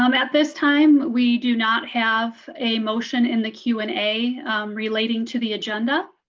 um at this time we do not have a motion in the q and a relating to the agenda.